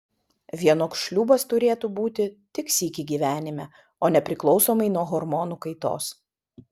vienok šliūbas turėtų būti tik sykį gyvenime o ne priklausomai nuo hormonų kaitos